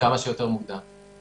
וכמה שיותר מוקדם.